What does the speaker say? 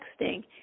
texting